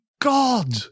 god